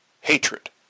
hatred